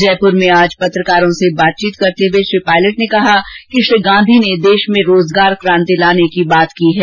जयपुर में आज पत्रकारों से बातचीत करते हुए श्री पायलट ने कहा कि श्री गांधी ने देष में रोजगार कांति लाने की बात की है